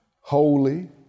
holy